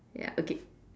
ya okay